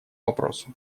вопросу